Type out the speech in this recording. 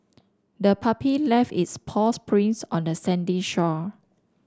the puppy left its paws prints on the sandy shore